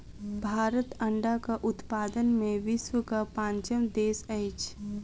भारत अंडाक उत्पादन मे विश्वक पाँचम देश अछि